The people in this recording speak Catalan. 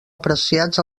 apreciats